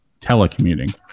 telecommuting